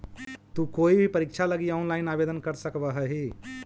तु कोई भी परीक्षा लगी ऑनलाइन आवेदन कर सकव् हही